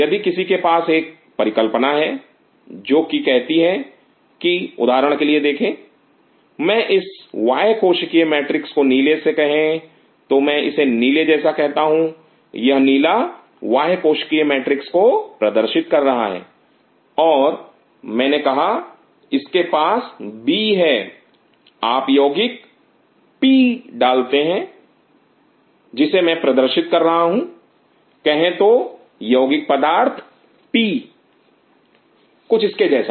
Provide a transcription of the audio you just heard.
यदि किसी के पास एक परिकल्पना है जो कहती हैं कि उदाहरण के लिए देखें मैं इस बाह्य कोशिकीय मैट्रिक्स को नीले से कहे तो मैं इसे नीले जैसा कहता हूं यह नीला बाह्य कोशिकीय मैट्रिक्स को प्रदर्शित कर रहा है और मैंने कहा इसके पास बी है आप यौगिक पी डालते हैं जिसे मैं प्रस्तुत कर रहा हूं कहे तो यौगिक पदार्थ पी कुछ इसके जैसा